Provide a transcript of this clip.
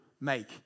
make